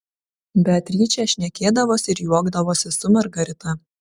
beatričė šnekėdavosi ir juokdavosi su margarita